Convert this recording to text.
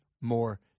more